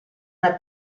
una